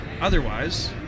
Otherwise